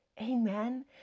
Amen